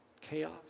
chaos